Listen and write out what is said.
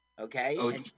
okay